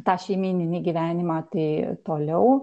tą šeimyninį gyvenimą tai toliau